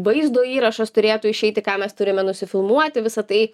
vaizdo įrašas turėtų išeiti ką mes turime nusifilmuoti visa tai